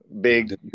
big